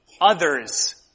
others